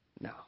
No